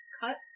cut